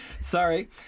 Sorry